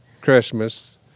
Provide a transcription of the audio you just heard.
Christmas